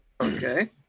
Okay